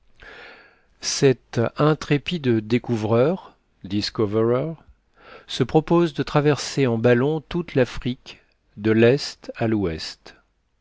cet intrépide découvreur discoverer se propose de traverser en ballon toute l'afrique de l'est à l'ouest